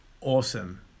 awesome